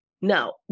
Now